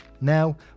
Now